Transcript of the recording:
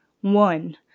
one